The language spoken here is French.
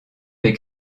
les